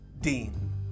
Dean